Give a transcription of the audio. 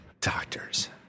Doctors